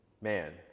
man